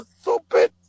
stupid